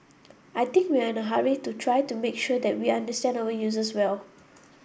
I think we are in a hurry to try to make sure that we understand our users well